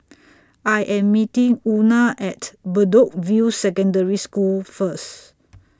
I Am meeting Una At Bedok View Secondary School First